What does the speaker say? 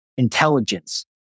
intelligence